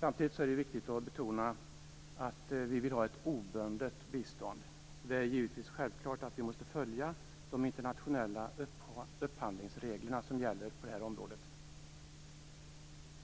Samtidigt är det viktigt att betona betydelsen av ett obundet bistånd. Det är givetvis självklart att vi skall följa internationella upphandlingsregler på området.